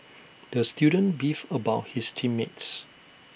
the student beefed about his team mates